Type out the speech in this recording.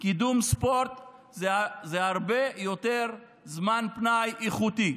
קידום ספורט זה הרבה יותר זמן פנאי איכותי,